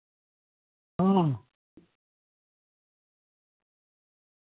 ᱦᱚᱸ